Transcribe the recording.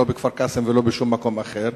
לא בכפר-קאסם ולא בשום מקום אחר.